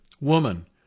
Woman